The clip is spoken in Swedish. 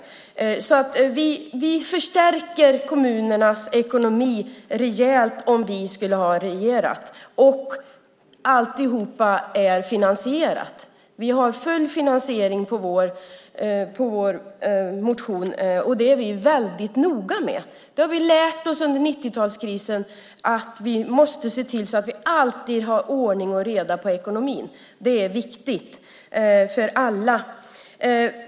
Vi skulle alltså ha förstärkt kommunernas ekonomi om vi hade regerat, och alltihop är finansierat. Vi har full finansiering av vår motion. Vi är väldigt noga med det. Vi har under 90-talskrisen lärt oss att vi måste se till att vi alltid har ordning och reda i ekonomin. Det är viktigt för alla.